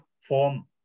form